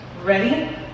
ready